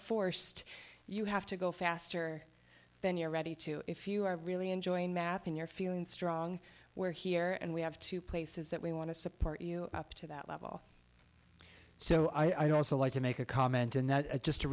forced you have to go faster than you're ready to if you are really enjoying mapping you're feeling strong where here and we have two places that we want to support you up to that level so i don't like to make a comment and just to